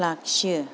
लाखियो